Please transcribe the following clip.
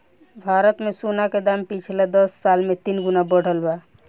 भारत मे सोना के दाम पिछला दस साल मे तीन गुना बढ़ल बा